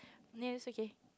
nil is okay